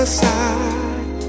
side